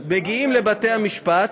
מגיעים לבתי-המשפט,